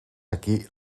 aquí